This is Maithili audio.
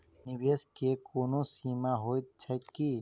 निवेश केँ कोनो सीमा होइत छैक की?